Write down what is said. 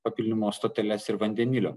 papylimo stoteles ir vandenilio